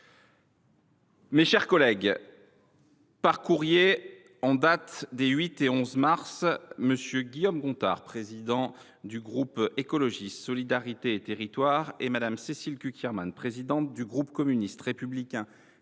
Mes chers collègues, par courriers en date des 8 et 11 mars, M. Guillaume Gontard, président du groupe Écologiste – Solidarité et Territoires, et Mme Cécile Cukierman, présidente du groupe Communiste Républicain